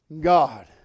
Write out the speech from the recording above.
god